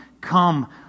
come